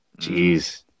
Jeez